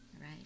right